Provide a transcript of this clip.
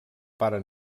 pare